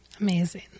Amazing